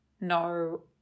no